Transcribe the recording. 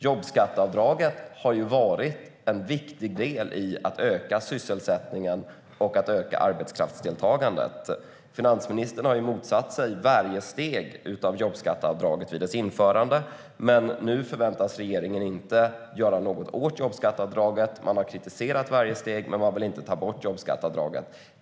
Jobbskatteavdraget har varit en viktig del i att öka sysselsättningen och arbetskraftsdeltagandet. Finansministern motsatte sig varje steg av jobbskatteavdraget vid dess införande. Men nu förväntas regeringen inte göra något åt det. Man har kritiserat varje steg men vill inte ta bort jobbskatteavdraget.